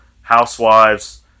Housewives